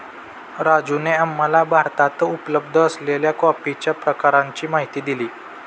राजूने आम्हाला भारतात उपलब्ध असलेल्या कॉफीच्या प्रकारांची माहिती दिली